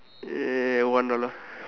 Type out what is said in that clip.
uh one dollar